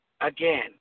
Again